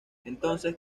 entonces